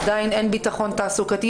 עדיין אין ביטחון תעסוקתי.